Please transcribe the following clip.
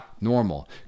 normal